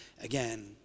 again